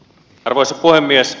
arvoisa puhemies